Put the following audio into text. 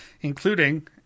including